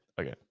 okay